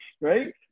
Right